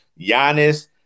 Giannis